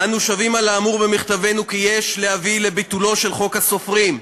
אנו שבים על האמור במכתבנו כי יש להביא לביטולו של חוק הספרים,